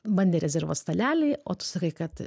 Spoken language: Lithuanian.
bandė rezervuot stalelį o tu sakai kad